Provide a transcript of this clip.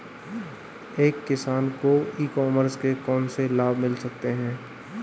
एक किसान को ई कॉमर्स के कौनसे लाभ मिल सकते हैं?